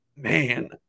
Man